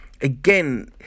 again